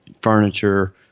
furniture